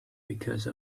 because